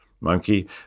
monkey